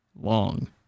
Long